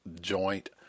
joint